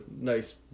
nice